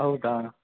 ಹೌದಾ